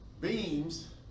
beams